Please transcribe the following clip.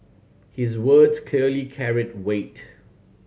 his words clearly carried weight